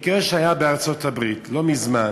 מקרה שהיה בארצות-הברית לא מזמן: